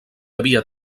havia